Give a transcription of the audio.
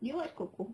did you watch coco